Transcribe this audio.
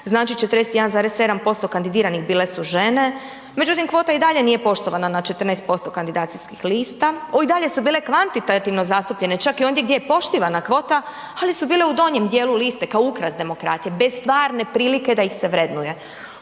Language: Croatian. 41,7% kandidiranih bile su žene, međutim kvota i dalje nije poštovana na 14% kandidacijskih lista i dalje su bile kvantitativno zastupljene čak i ondje gdje je poštivana kvota, ali su bile u donjem dijelu liste kao ukras demokracije bez stvarne prilike da ih se vrednuje.